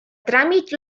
tràmit